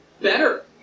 Better